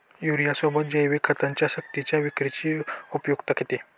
युरियासोबत जैविक खतांची सक्तीच्या विक्रीची उपयुक्तता किती?